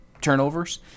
turnovers